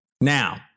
Now